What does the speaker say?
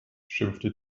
schimpfte